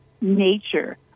nature